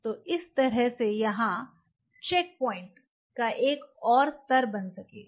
तो इस तरह से यहाँ चेकपॉइंट का एक और स्तर बन सकेगा